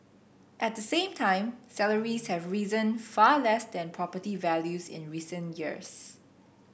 at the same time salaries have risen far less than property values in recent years